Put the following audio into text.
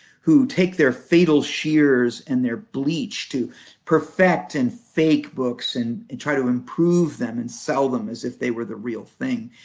who take their fatal sheers and their bleach to perfect and fake books and and try to improve them and sell them as if they were the real thing,